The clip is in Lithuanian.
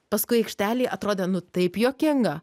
paskui aikštelėj atrodė nu taip juokinga